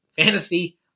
fantasy